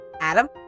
Adam